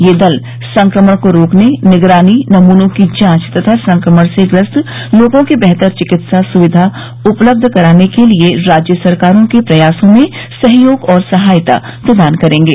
ये दल संक्रमण को रोकने निगरानी नमूनों की जांच तथा संक्रमण से ग्रस्त लोगों को बेहतर चिकित्सा सुविधा उपलब्ध कराने के लिए राज्य सरकारों के प्रयासों में सहयोग और सहायता प्रदान करेंगे